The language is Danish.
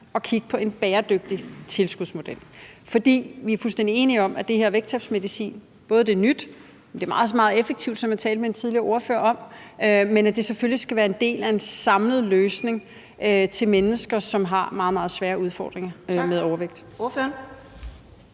og kigge på en bæredygtig tilskudsmodel. For vi er fuldstændig enige om, at den her vægttabsmedicin både er ny, men også meget effektiv, som jeg talte med en tidligere ordfører om, og at det selvfølgelig skal være en del af en samlet løsning til mennesker, som har meget, meget svære udfordringer med overvægt.